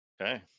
Okay